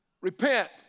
Repent